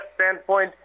standpoint